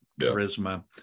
charisma